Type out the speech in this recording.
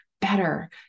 better